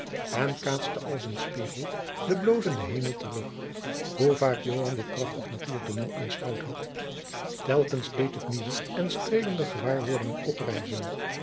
en kaatste als een spiegel den blozenden hemel terug hoe vaak joan dit prachtig natuurtooneel aanschouwd had telkens deed het nieuwe en streelender gewaarwordingen